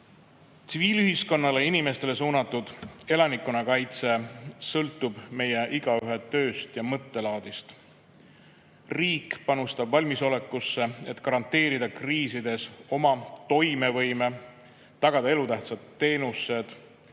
tsiviilühiskonnale, inimestele suunatud elanikkonnakaitse sõltub meie igaühe tööst ja mõttelaadist. Riik panustab valmisolekusse, et garanteerida kriisides oma toimevõime, tagada elutähtsad teenused,